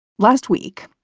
last week,